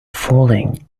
falling